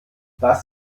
was